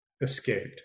escaped